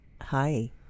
Hi